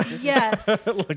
Yes